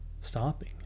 stopping